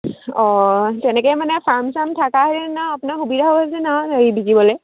অঁ তেনেকৈ মানে ফাৰ্ম চাৰ্ম থাকা হেঁতেন আৰু আপোনাৰ সুবিধা হ'ল হেঁতেন আৰু হেৰি বিকিবলৈ